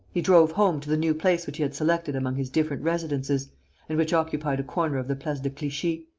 he drove home to the new place which he had selected among his different residences and which occupied a corner of the place de clichy.